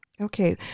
Okay